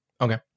Okay